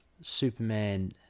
Superman